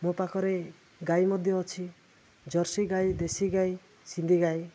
ମୋ ପାଖରେ ଗାଈ ମଧ୍ୟ ଅଛି ଜର୍ସି ଗାଈ ଦେଶୀ ଗାଈ ସିନ୍ଧି ଗାଈ